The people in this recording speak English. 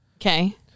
Okay